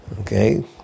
Okay